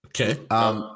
Okay